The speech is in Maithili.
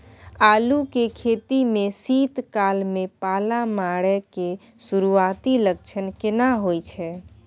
आलू के खेती में शीत काल में पाला मारै के सुरूआती लक्षण केना होय छै?